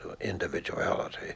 individuality